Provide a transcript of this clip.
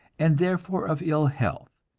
and therefore of ill health,